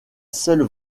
seule